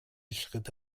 schritte